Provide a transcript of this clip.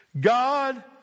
God